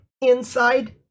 inside